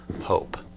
hope